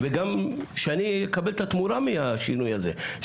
וגם שאני אקבל את התמורה מהשינוי הזה.